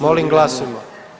Molim glasujmo.